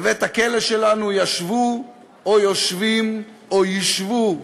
בבית-הכלא שלנו ישבו או יושבים או ישבו נשיא,